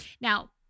Now